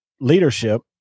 leadership